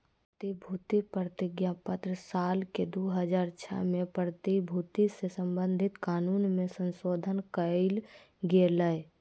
प्रतिभूति प्रतिज्ञापत्र साल के दू हज़ार छह में प्रतिभूति से संबधित कानून मे संशोधन कयल गेलय